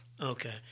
Okay